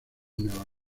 nueva